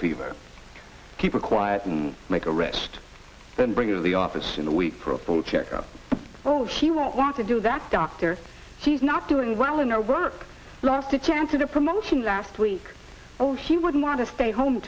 fever keep her quiet and make a rest then bring it to the office in the week for a full checkup oh she won't want to do that doctor he's not doing well in our work life to chance or the promotion last week or he wouldn't want to stay home